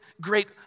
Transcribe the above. great